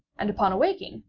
and upon awaking,